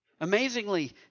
Amazingly